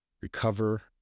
recover